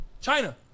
china